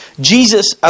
Jesus